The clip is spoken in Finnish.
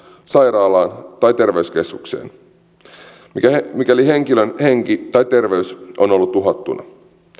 sairaalaan tai terveyskeskukseen mikäli henkilön henki tai terveys on ollut uhattuna